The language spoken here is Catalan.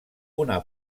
una